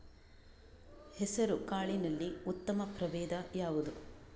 ಹೆಸರುಕಾಳಿನಲ್ಲಿ ಉತ್ತಮ ಪ್ರಭೇಧ ಯಾವುದು?